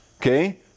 okay